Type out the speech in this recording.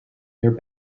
their